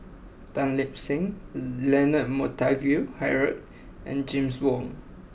Tan Lip Seng Leonard Montague Harrod and James Wong